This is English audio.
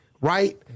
Right